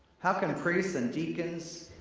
how can priests and deacons,